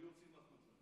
הם היו יוצאים החוצה,